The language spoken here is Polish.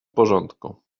porządku